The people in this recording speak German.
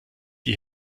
die